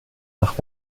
nach